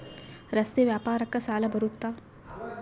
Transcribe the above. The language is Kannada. ರಸ್ತೆ ವ್ಯಾಪಾರಕ್ಕ ಸಾಲ ಬರುತ್ತಾ?